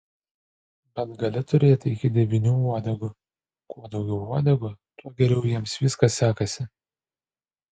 bet gali turėti iki devynių uodegų kuo daugiau uodegų tuo geriau jiems viskas sekasi